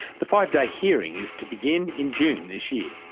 the five-day hearing is to begin in june this year.